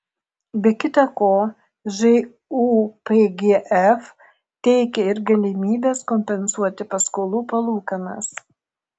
be kita ko žūpgf teikia ir galimybes kompensuoti paskolų palūkanas